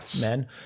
Men